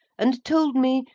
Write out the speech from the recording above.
and told me,